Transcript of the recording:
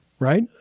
right